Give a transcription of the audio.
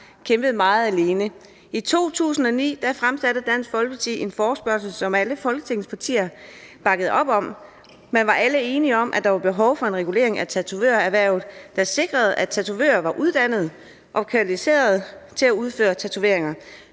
kæmpet meget alene. I 2009 fremsatte Dansk Folkeparti en forespørgsel, som alle Folketingets partier bakkede op om. Alle var enige om, at der var behov for en regulering at tatovørerhvervet, som sikrede, at tatovører var uddannede og kvalificerede til at udføre tatoveringer,